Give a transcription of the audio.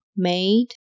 made